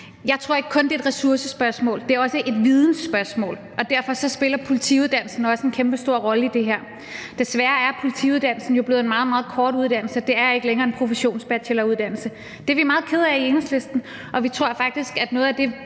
Jeg tror ikke, at det kun er et ressourcespørgsmål. Det er også et vidensspørgsmål, og derfor spiller politiuddannelsen en kæmpestor rolle i det her. Desværre er politiuddannelsen jo blevet en meget, meget kort uddannelse, og det er ikke længere en professionsbacheloruddannelse. Det er vi meget kede af i Enhedslisten, og vi tror faktisk, at noget af det,